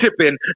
shipping